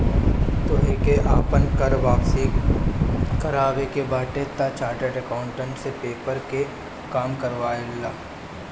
तोहके आपन कर वापसी करवावे के बाटे तअ चार्टेड अकाउंटेंट से पेपर के काम करवा लअ